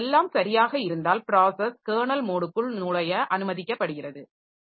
எனவே எல்லாம் சரியாக இருந்தால் ப்ராஸஸ் கெர்னல் மோடுக்குள் நுழைய அனுமதிக்கப்படுகிறது